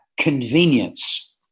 convenience